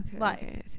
okay